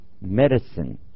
Medicine